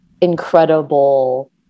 incredible